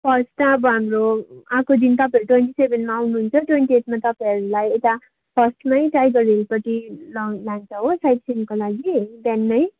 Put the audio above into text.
first त अब हाम्रो आएको दिन तपाईँहरू ट्वेन्टीसेभेनमा आउनु हुन्छ ट्वेन्टीएटमा तपाईँहरूलाई यता फर्स्टमा टाइगर हिलपट्टि ल लान्छ हो साइट सिइनको लागि बिहान